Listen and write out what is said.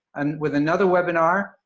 and with another webinar,